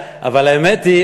אבל האמת היא,